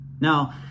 Now